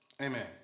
Amen